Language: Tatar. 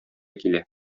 килә